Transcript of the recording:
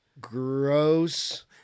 gross